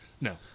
No